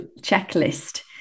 checklist